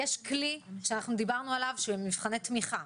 יש כלי שאנחנו דיברנו עליו, של מבחני תמיכה.